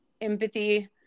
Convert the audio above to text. empathy